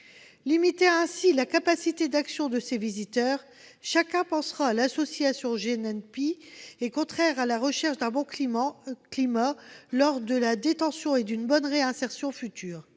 Limiter ainsi la capacité d'action de ces visiteurs- chacun pensera à l'association Genepi -est contraire à la recherche d'un bon climat lors de la détention et d'une future bonne réinsertion.